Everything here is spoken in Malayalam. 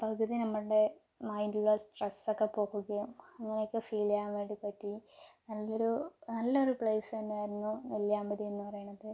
പകുതി നമ്മളുടെ മൈൻഡിലുള്ള സ്ട്രെസ്സൊക്കെ പോകുകയും അങ്ങനെയൊക്കെ ഫീൽ ചെയ്യാൻ വേണ്ടി പറ്റി നല്ലൊരു നല്ലൊരു പ്ലേസ് തന്നെയായിരുന്നു നെല്ലിയാമ്പതി എന്ന് പറയുന്നത്